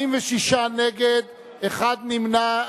46 נגד, אחד נמנע.